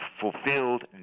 fulfilled